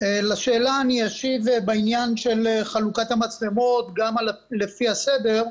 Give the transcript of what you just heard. אני אשיב בעניין של חלוקת המצלמות, גם לפי הסדר.